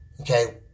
okay